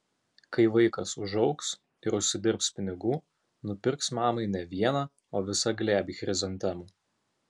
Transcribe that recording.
kai vaikas užaugs ir užsidirbs pinigų nupirks mamai ne vieną o visą glėbį chrizantemų